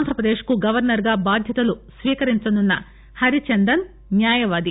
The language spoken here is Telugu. ఆంధ్రప్రదేశ్ కు గవర్చర్ గా బాధ్యతలు స్వీకరించనునన హరిచందన్ న్యాయవాది